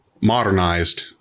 modernized